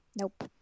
Nope